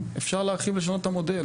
אפשר להרחיב ולשנות את המודל.